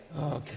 Okay